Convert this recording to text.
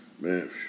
man